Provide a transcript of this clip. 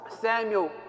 Samuel